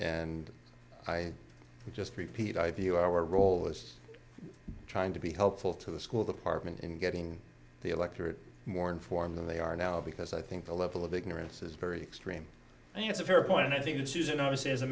and i just repeat i view our role as trying to be helpful to the school apartment in getting the electorate more informed than they are now because i think the level of ignorance is very extreme and that's a fair point and i think that susan obviously as a